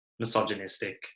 misogynistic